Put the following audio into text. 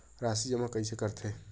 राशि जमा कइसे करथे?